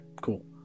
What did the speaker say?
cool